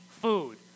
food